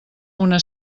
una